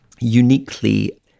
uniquely